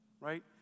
right